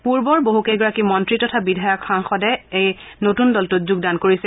পূৰ্বৰ বহু কেইগৰাকী মন্ত্ৰী তথা বিধায়ক সাংসদে এই নতুন দলটোত যোগদান কৰিছে